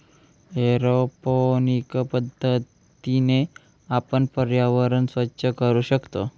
aeroponic पद्धतीने आपण पर्यावरण स्वच्छ करू शकतो